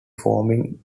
forming